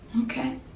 Okay